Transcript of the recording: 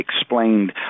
explained